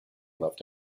loved